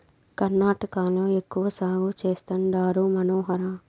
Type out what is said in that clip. కర్ణాటకలో ఎక్కువ సాగు చేస్తండారు మనోహర